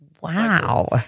Wow